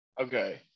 okay